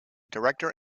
director